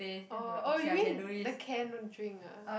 oh oh you mean they cannot drink ah